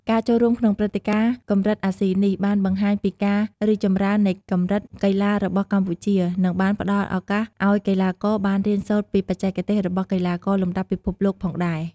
ការចូលរួមក្នុងព្រឹត្តិការណ៍កម្រិតអាស៊ីនេះបានបង្ហាញពីការរីកចម្រើននៃកម្រិតកីឡារបស់កម្ពុជា និងបានផ្ដល់ឱកាសឱ្យកីឡាករបានរៀនសូត្រពីបច្ចេកទេសរបស់កីឡាករលំដាប់ពិភពលោកផងដែរ។